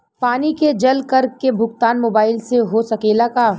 पानी के जल कर के भुगतान मोबाइल से हो सकेला का?